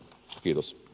kiitos